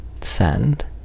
send